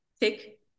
take